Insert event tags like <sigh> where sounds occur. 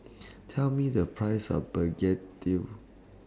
<noise> Tell Me The Price of Begedil